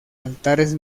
altares